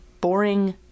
boring